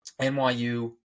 NYU